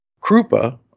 Krupa